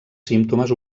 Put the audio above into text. símptomes